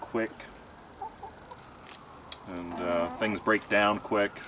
quick and things break down quick